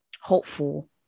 hopeful